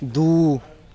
दू